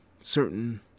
certain